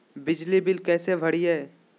बिजली बिल कैसे भरिए?